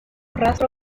rastro